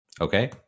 Okay